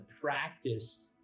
practice